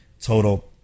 total